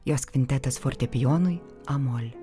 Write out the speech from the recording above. jos kvintetas fortepijonui a mol